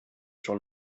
sur